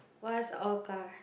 what's orca